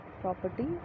property